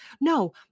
No